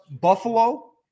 Buffalo